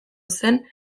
zen